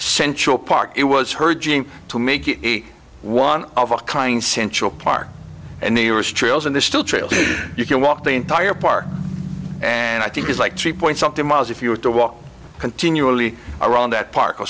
central park it was her gym to make it a one of a kind central park and new year's trails in the still trail you can walk the entire park and i think it's like three point something miles if you were to walk continually around that park or